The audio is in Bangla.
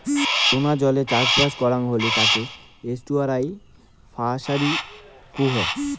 লোনা জলে চাষবাস করাং হলি তাকে এস্টুয়ারই ফিসারী কুহ